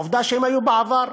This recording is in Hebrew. עובדה שהם היו בעבר,